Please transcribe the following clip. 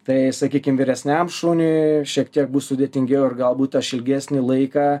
tai sakykim vyresniam šuniui šiek tiek bus sudėtingiau ir galbūt aš ilgesnį laiką